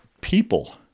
people